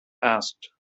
asked